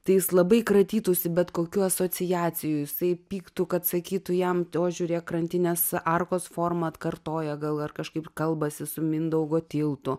tai jis labai kratytųsi bet kokių asociacijų jisai pyktų kad sakytų jam o žiūrėk krantinės arkos formą atkartoja gal ar kažkaip kalbasi su mindaugo tiltu